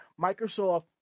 Microsoft